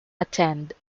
attend